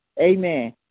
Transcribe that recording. Amen